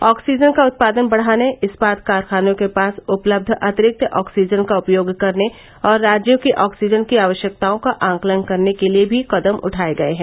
oxygen का उत्पादन बढ़ाने इस्पात कारखानों के पास उपलब्ध अतिरिक्त ऑक्सीजन का उपयोग करने और राज्यों की ऑक्सीजन की आवश्यकताओं का आकलन करने के लिए भी कदम उठाये गये हैं